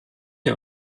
der